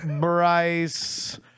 Bryce